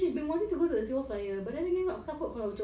kalau mak nak pergi